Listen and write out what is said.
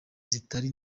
zitari